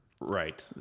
Right